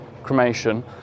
cremation